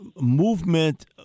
movement